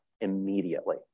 immediately